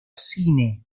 cine